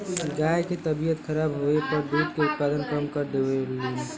गाय के तबियत खराब होले पर दूध के उत्पादन कम कर देवलीन